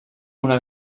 una